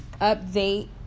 update